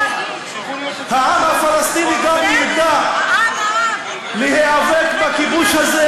העם הפלסטיני גם ידע להיאבק בכיבוש הזה